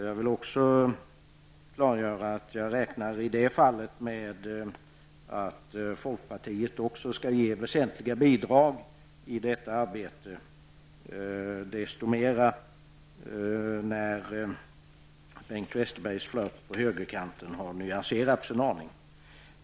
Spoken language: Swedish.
Jag vill också klargöra att jag i det fallet räknar med att folkpartiet väsentligt skall bidra i detta arbete; desto mer när Bengt Westerbergs flirt på högerkanten har nyanserats en aning.